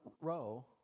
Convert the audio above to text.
row